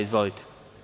Izvolite.